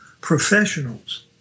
professionals